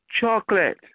chocolate